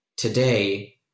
Today